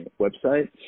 website